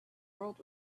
world